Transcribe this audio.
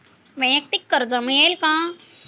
वैयक्तिक कर्ज मिळेल का?